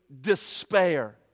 despair